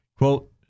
Quote